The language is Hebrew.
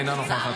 לצערי.